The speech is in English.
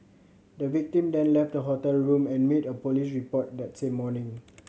the victim then left the hotel room and made a police report that same morning